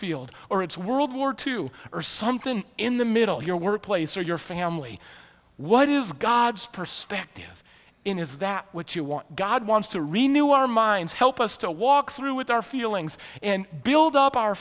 field or it's world war two or something in the middle your workplace or your family what is god's perspective in is that what you want god wants to renew our minds help us to walk through with our feelings and build up our